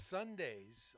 Sundays